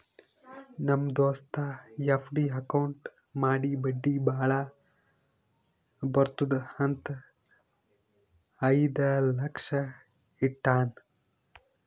ನಮ್ ದೋಸ್ತ FD account ಮಾಡಿ ಬಡ್ಡಿ ಭಾಳ ಬರ್ತುದ್ ಅಂತ್ ಐಯ್ದ ಲಕ್ಷ ಇಟ್ಟಾನ್